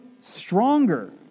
stronger